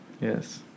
Yes